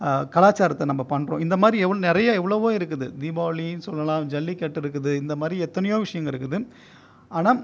கலாச்சாரத்தை நம்ம பண்ணுறோம் இந்த மாதிரி எவ்வளோ நிறைய எவ்வளோவோ இருக்குது தீபாவளி சொல்லலாம் ஜல்லிக்கட்டு இருக்குது இந்த மாதிரி எத்தனையோ விஷயம் இருக்குது ஆனால்